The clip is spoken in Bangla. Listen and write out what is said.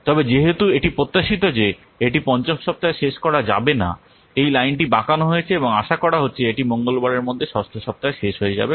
তবে যেহেতু এটি প্রত্যাশিত যে এটি পঞ্চম সপ্তাহে শেষ করা যাবে না লাইনটি বাঁকানো হয়েছে এবং আশা করা হচ্ছে এটি মঙ্গলবারের মধ্যে ষষ্ঠ সপ্তাহে শেষ হয়ে যাবে